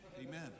amen